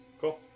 Cool